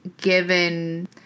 given